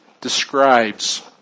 describes